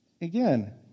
Again